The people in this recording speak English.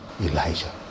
Elijah